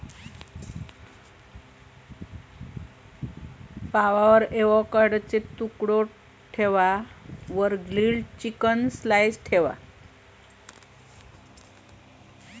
ब्रेडवर एवोकॅडोचे तुकडे ठेवा वर ग्रील्ड चिकन स्लाइस ठेवा